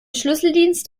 schlüsseldienst